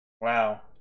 wow